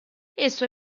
esso